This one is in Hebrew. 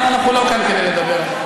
אבל אנחנו לא כאן כדי לדבר עלי.